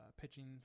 pitching